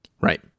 right